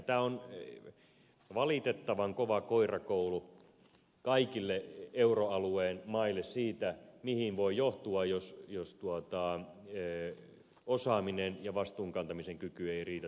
tämä on valitettavan kova koirakoulu kaikille euroalueen maille siitä mihin voi johtaa jos osaaminen ja vastuunkantamisen kyky eivät riitä terveeseen taloudenpitoon